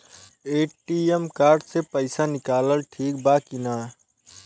ATM card से पईसा निकालल ठीक बा की ना?